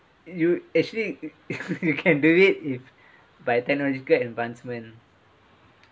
you actually you can do it if by technological advancement